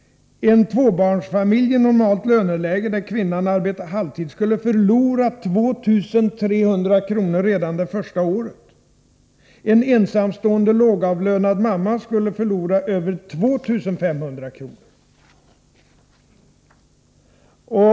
En tvåbarnsfamilj i normalt löneläge och där kvinnan arbetar halvtid skulle förlora 2300 kr. redan det första året. En ensamstående lågavlönad mamma skulle förlora över 2 500 kr.